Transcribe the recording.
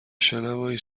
شنوایی